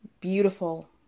beautiful